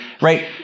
right